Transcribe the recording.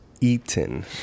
eaten